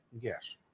Yes